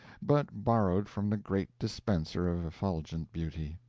but borrowed from the great dispenser of effulgent beauty.